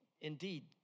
indeed